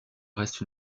reste